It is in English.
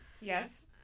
Yes